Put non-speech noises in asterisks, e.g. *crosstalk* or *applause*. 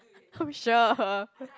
*laughs* sure